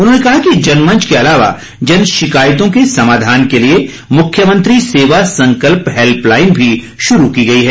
उन्होंने कहा कि जनमंच के अलावा जन शिकायतों के समाधान के लिए मुख्यमंत्री सेवा संकल्प हैल्पलाईन भी शुरू की गई है